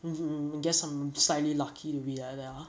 mmhmm guess I'm slightly lucky to be like that ah